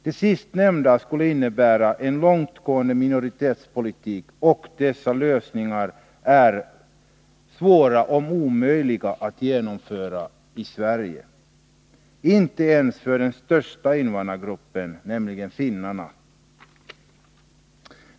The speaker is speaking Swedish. Det sistnämnda skulle innebära en långtgående minoritetspolitik, och det är svårt, ja omöjligt, att genomföra dessa lösningar i Sverige. Det är inte möjligt ens för den största invandrargruppen, nämligen finnarna.